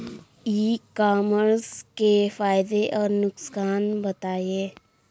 ई commerce के फायदे और नुकसान बताएँ?